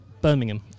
Birmingham